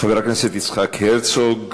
חבר הכנסת יצחק הרצוג,